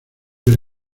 del